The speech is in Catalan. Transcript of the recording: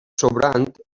sobrant